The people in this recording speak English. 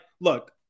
look